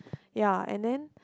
ya and then